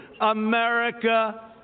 America